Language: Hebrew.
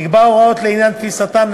נקבעו הוראות לעניין תפיסתם,